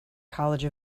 college